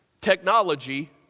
technology